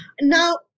Now